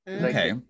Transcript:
okay